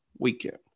weekend